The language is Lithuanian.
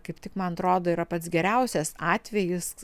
kaip tik man atrodo yra pats geriausias atvejis